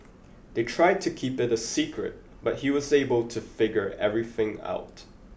they tried to keep it a secret but he was able to figure everything out